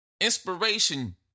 Inspiration